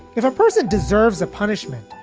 if a person deserves a punishment,